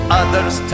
others